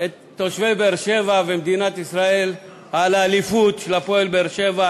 את תושבי באר-שבע ומדינת ישראל על האליפות של "הפועל באר-שבע",